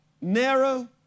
narrow